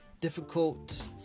difficult